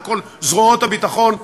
של כל זרועות הביטחון,